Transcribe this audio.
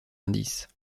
indices